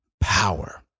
power